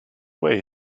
way